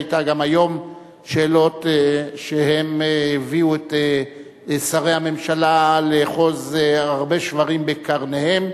שהיו גם היום שאלות שהביאו את שרי הממשלה לאחוז הרבה שוורים בקרניהם.